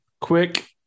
quick –